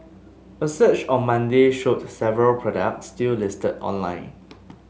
a search on Monday showed several products still listed online